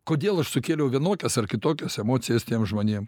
kodėl aš sukėliau vienokias ar kitokias emocijas tiems žmonėm